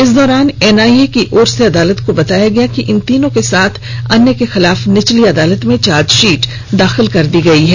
इस दौरान एनआईए की ओर से अदालत को बताया गया कि इन तीनों के साथ अन्य के खिलाफ निचली अदालत में चार्जशीट दाखिल कर दी गई है